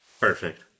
Perfect